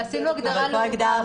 אבל עשינו הגדרה לעובדיו.